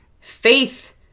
faith